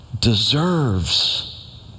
deserves